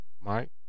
Mike